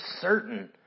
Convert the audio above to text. certain